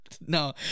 No